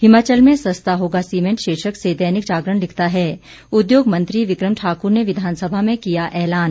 हिमाचल में सस्ता होगा सीमेंट शीर्षक से दैनिक जागरण लिखता है उद्योग मंत्री ब्रिकम ठाकुर ने विधानसभा में किया एलान